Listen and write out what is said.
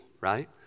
Right